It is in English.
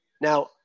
Now